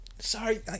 Sorry